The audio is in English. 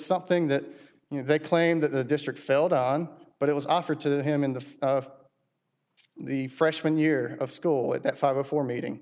something that you know they claim that the district failed on but it was offered to him in the the freshman year of school at five before meeting